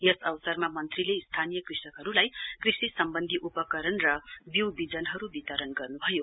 यस अवसरमा मन्त्रीले स्थानीय कृषकहरूलाई कृषि सम्वन्धी उपकरण र बीउ विजनहरू वितरण गर्नुभयो